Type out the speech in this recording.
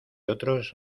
otros